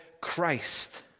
Christ